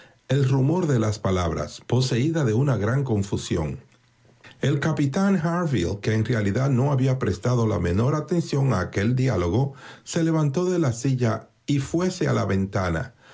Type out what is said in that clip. el rumor de las palabras poseída de una gran confusión el capitán harville que en realidad no había prestado la menor atención a aquel diálogo se levantó de la silla y fuese a la ventana